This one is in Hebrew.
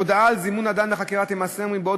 הודעה על זימון אדם לחקירה תימסר מבעוד